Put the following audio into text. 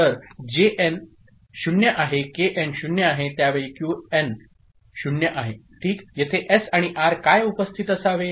तर जेएन 0आहेकेएन0 आहे त्या वेळी क्यूएन 0आहेठीक येथेएस आणि आरकाय उपस्थित असावे